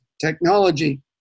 technology